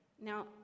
Now